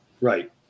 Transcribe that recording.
Right